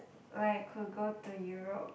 like could go to Europe